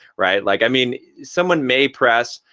right? like i mean someone may press.